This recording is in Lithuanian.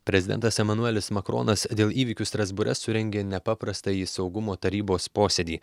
prezidentas emanuelis makronas dėl įvykių strasbūre surengė nepaprastąjį saugumo tarybos posėdį